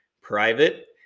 private